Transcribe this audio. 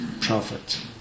Prophet